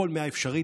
בכל מאה אפשרית,